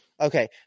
okay